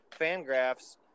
Fangraphs